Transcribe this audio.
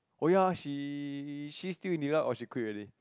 oh ya she she still in divide or she quit already